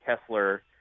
Kessler